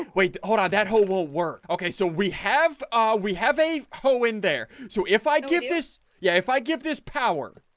wait, hold on that hole will work, okay? so we have a we have a hoe in there, so if i get this yeah if i give this power